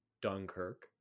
dunkirk